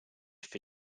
for